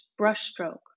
brushstroke